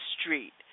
street